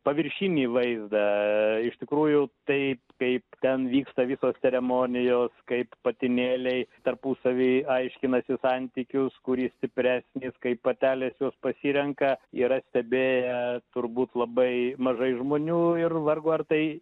paviršinį vaizdą iš tikrųjų tai kaip ten vyksta visos ceremonijos kaip patinėliai tarpusavy aiškinasi santykius kuris stipresnis kaip patelės juos pasirenka yra stebėję turbūt labai mažai žmonių ir vargu ar tai